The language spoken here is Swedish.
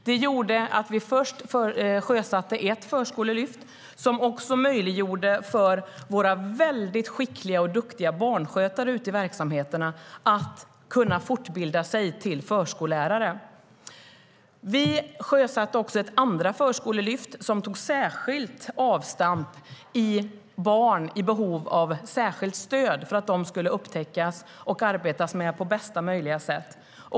Det gjorde att vi först sjösatte ettVi sjösatte ett andra förskolelyft som tog särskilt avstamp i barn i behov av särskilt stöd, för att de skulle upptäckas och arbetas med på bästa möjliga sätt.